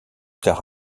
tard